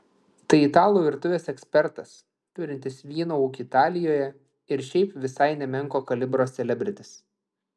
tai italų virtuvės ekspertas turintis vyno ūkį italijoje ir šiaip visai nemenko kalibro selebritis